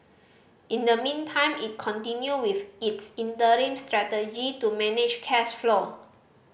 in the meantime it continued with its interim strategy to manage cash flow